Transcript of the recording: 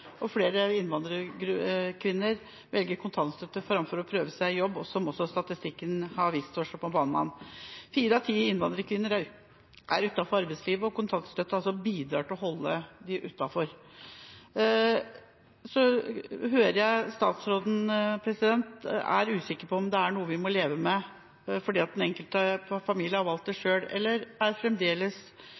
og at flere innvandrerkvinner velger kontantstøtte framfor å prøve seg i jobb, som også statistikken har vist oss. Fire av ti innvandrerkvinner er utenfor arbeidslivet, og kontantstøtten bidrar til å holde dem utenfor. Så hører jeg at statsråden er usikker på om dette er noe vi må leve med fordi den enkelte familie har valgt det selv. eller er statsråden fremdeles